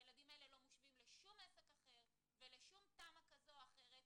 והילדים האלה לא משווים לשום עסק אחר ולשום תמ"א כזו או אחרת.